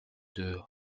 deux